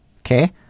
Okay